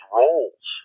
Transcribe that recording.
roles